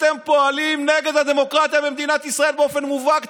אתם פועלים נגד הדמוקרטיה במדינת ישראל באופן מובהק.